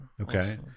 Okay